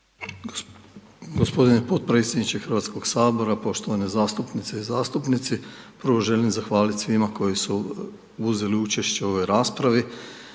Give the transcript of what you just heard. g. potpredsjedniče HS, poštovane zastupnice i zastupnici, prvo želim zahvalit svima koji su uzeli učešće u ovoj raspravi